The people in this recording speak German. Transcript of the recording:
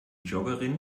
joggerin